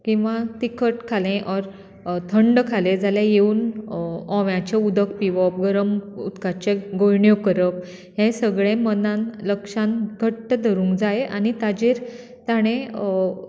किंवा तिखट खालें ओर थंड खालें जाल्यार येवन ओव्यांचे उदक पिवप गरम उदकाचे गुळण्यो करप हे सगळें मनान लक्षांत घट्ट धरुंक जाय आनी ताजेर ताणें